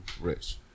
rich